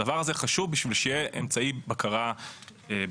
הדבר הזה חשוב בשביל שיהיה אמצעי בקרה בדיעבד.